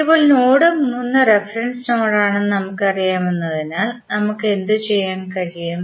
ഇപ്പോൾ node 3 reference നോഡാണെന്ന് നമുക്കറിയാമെന്നതിനാൽ നമുക്ക് എന്തുചെയ്യാൻ കഴിയും